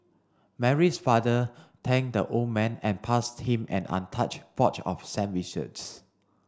Mary's father thanked the old man and passed him an untouched box of sandwiches